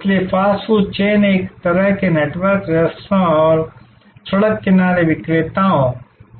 इसलिए fast food chain एक तरह के नेटवर्क रेस्तरां और सड़क किनारे विक्रेताओं